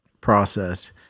process